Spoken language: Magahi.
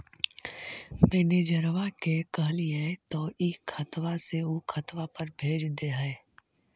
मैनेजरवा के कहलिऐ तौ ई खतवा से ऊ खातवा पर भेज देहै?